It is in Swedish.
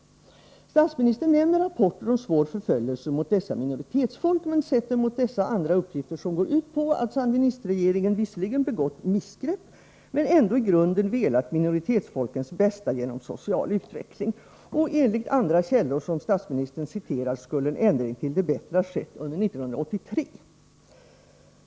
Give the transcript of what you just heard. Statsministern nämner rapporter om svår förföljelse mot dessa minoritetsfolk men sätter mot dessa andra uppgifter, som går ut på att sandinistregeringen visserligen begått ”missgrepp” men ändå i grunden velat minoritetsfolkens bästa genom social utveckling. Enligt andra källor som statsministern citerar skulle en ändring till det bättre ha skett under 1983.